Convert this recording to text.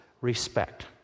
respect